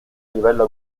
livello